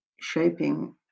shaping